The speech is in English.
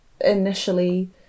initially